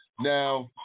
Now